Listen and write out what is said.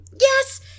Yes